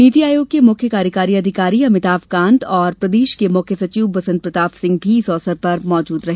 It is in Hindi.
नीति आयोग के मुख्य कार्यकारी अधिकारी अमिताभकान्त और प्रदेश के मुख्य सचिव बसंत प्रताप सिंह भी इस अवसर पर मौजूद रहे